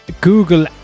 Google